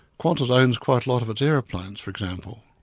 qantas owns quite a lot of its aeroplanes for example,